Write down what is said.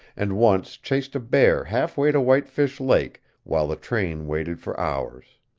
and once chased a bear half way to whitefish lake while the train waited for hours.